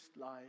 life